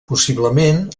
possiblement